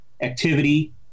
activity